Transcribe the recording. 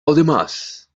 además